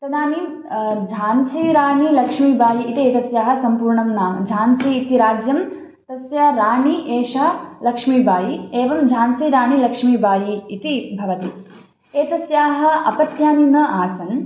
तदानीं झान्सीराणीलक्ष्मीबायी इति एतस्याः सम्पूर्णं नाम झान्सि इति राज्यं तस्य राणी एषा लक्ष्मीबायी एवं झान्सीराणीलक्ष्मीबायी इति भवति एतस्याः अपत्यानि न आसन्